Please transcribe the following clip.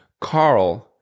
Carl